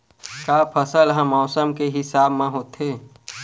का फसल ह मौसम के हिसाब म होथे?